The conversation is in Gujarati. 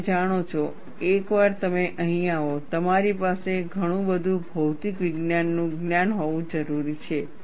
તમે જાણો છો એકવાર તમે અહીં આવો તમારી પાસે ઘણું બધું ભૌતિક વિજ્ઞાન જ્ઞાન હોવું જરૂરી છે